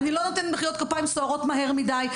אני לא נותנת מחיאות כפיים סוערות מהר מדי,